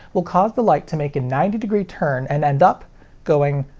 will cause the light to make a ninety degree turn, and end up going.